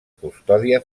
custòdia